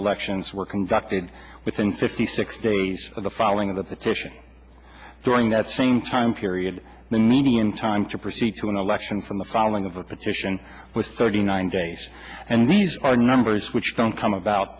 elections were conducted within fifty six days of the filing of the petition during that same time period the median time to proceed to an election from the falling of a but fission was thirty nine days and these are numbers which don't come about